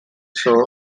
sour